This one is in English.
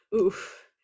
oof